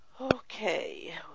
Okay